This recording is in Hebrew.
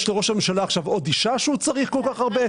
יש לראש הממשלה עוד אישה שהוא צריך כל כך הרבה?